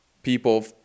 people